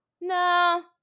no